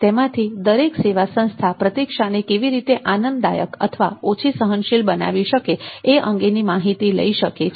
તેમાંથી દરેક સેવા સંસ્થા પ્રતીક્ષાને કેવી રીતે આનંદદાયક અથવા ઓછી સહનશીલ બનાવી શકાય તે અંગેની માહિતી લઈ શકે છે